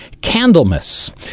Candlemas